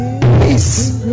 Peace